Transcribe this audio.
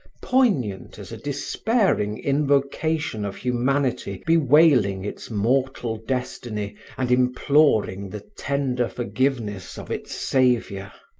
poignant as a despairing invocation of humanity bewailing its mortal destiny and imploring the tender forgiveness of its savior!